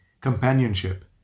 companionship